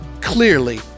clearly